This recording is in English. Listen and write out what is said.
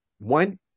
One